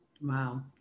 Wow